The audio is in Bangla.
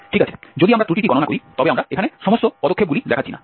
ঠিক আছে যদি আমরা ত্রুটিটি গণনা করি তবে আমরা এখানে সমস্ত পদক্ষেপগুলি দেখাচ্ছি না